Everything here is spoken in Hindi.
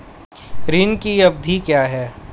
ऋण की अवधि क्या है?